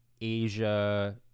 Asia